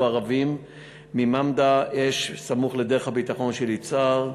ערבים ממדמה אש סמוך לדרך הביטחון של יצהר,